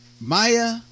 Maya